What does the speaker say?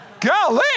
Golly